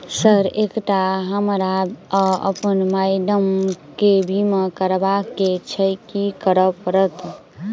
Sir एकटा हमरा आ अप्पन माइडम केँ बीमा करबाक केँ छैय की करऽ परतै?